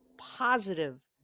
positive